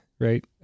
right